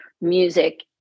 music